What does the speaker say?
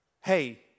hey